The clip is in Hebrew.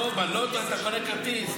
לא, בלוטו אתה קונה כרטיס.